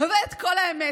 ואת כל האמת,